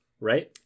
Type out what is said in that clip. right